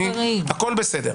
הכול בסדר.